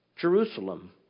Jerusalem